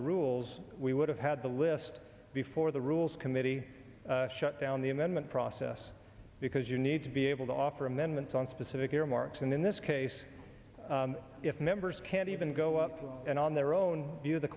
the rules we would have had the list before the rules committee shut down the amendment process because you need to be able to offer amendments on specific earmarks and in this case if members can't even go up and on their own view the